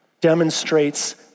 demonstrates